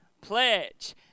pledge